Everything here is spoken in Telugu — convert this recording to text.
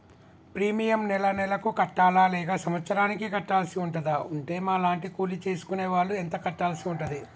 ప్రీమియం నెల నెలకు కట్టాలా లేక సంవత్సరానికి కట్టాల్సి ఉంటదా? ఉంటే మా లాంటి కూలి చేసుకునే వాళ్లు ఎంత కట్టాల్సి ఉంటది?